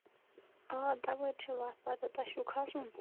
آ تَپٲرۍ چھُ وَتھ پَتاہ تۄہہِ چھُو کھَسُن